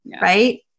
Right